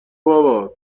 بابا